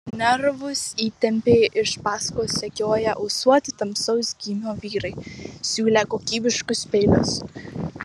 nervus įtempė iš paskos sekioję ūsuoti tamsaus gymio vyrai siūlę kokybiškus peilius